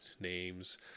names